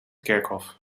kerkhof